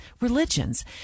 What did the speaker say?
religions